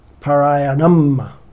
Parayanam